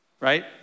right